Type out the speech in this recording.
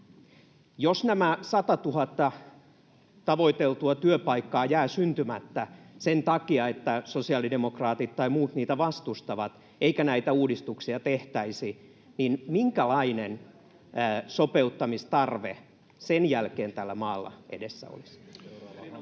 Jos nämä 100 000 tavoiteltua työpaikkaa jäävät syntymättä sen takia, että sosiaalidemokraatit tai muut niitä vastustavat, eikä näitä uudistuksia tehtäisi, niin minkälainen sopeuttamistarve sen jälkeen tällä maalla edessä olisi? [Oikealta: